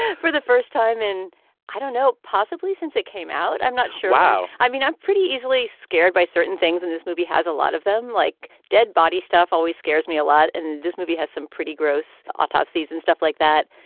for the first time and i don't know possibly since it came out. i'm not sure how. i mean, i'm pretty easily scared by certain things. and this movie has a lot of them. like dead body stuff always scares me a lot. and this movie has some pretty gross autopsy's and stuff like that.